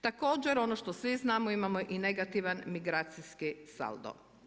Također ono što svi znamo, imamo i negativan migracijski saldo.